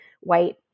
white